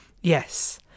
yes